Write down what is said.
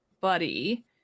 buddy